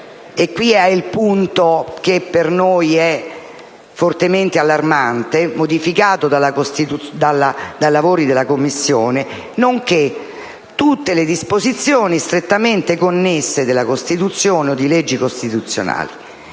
e questo è il punto per noi fortemente allarmante, modificato dai lavori della Commissione - tutte le disposizioni strettamente connesse della Costituzione o di leggi costituzionali.